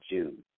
June